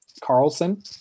Carlson